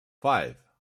five